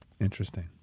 Interesting